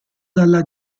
dalla